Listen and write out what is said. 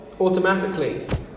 automatically